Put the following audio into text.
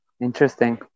interesting